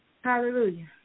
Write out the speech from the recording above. Hallelujah